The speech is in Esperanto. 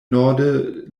norde